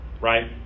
right